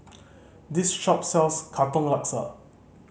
this shop sells Katong Laksa